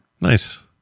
Nice